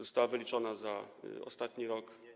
Została wyliczona za ostatni rok.